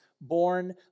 born